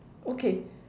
okay